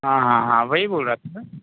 हाँ हाँ हाँ वही बोल रहा था मैं